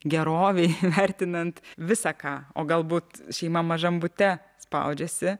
gerovėj vertinant visa ką o galbūt šeima mažam bute spaudžiasi